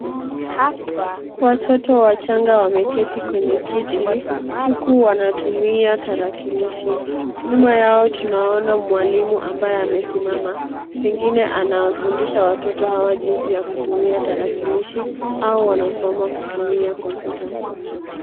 Watoto wachanga wameketi kwenye kiti, huku wanatumia tarakilishi. Nyuma yao tunaona mwalimu ambaye amesimama, pengine anawafundisha watoto hawa jinsi ya kutumia tarakilishi au wanasoma kutumia kompyuta.